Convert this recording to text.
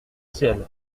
ciel